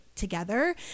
together